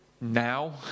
Now